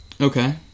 Okay